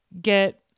get